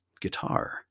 guitar